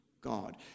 God